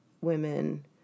women